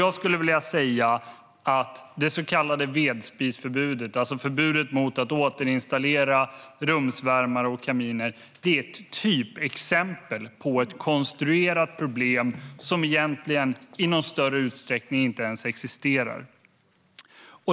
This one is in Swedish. Jag skulle vilja säga att det så kallade vedspisförbudet - förbudet mot att återinstallera rumsvärmare och kaminer - är ett typexempel på ett konstruerat problem som egentligen inte existerar i någon större utsträckning.